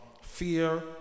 fear